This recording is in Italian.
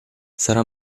sarà